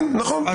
נכון,